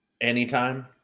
anytime